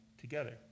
together